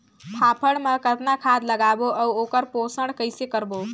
फाफण मा कतना खाद लगाबो अउ ओकर पोषण कइसे करबो?